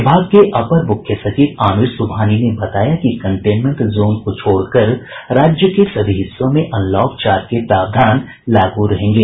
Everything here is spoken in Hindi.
विभाग के अपर मुख्य सचिव आमिर सुबहानी ने बताया कि कंटेनमेंट जोन को छोड़कर राज्य के सभी हिस्सों में अनलॉक चार के प्रावधान लागू रहेंगे